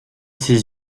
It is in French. ses